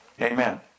Amen